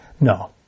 No